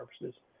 purposes